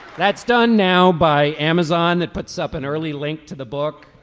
that's done now by amazon that puts up an early link to the book.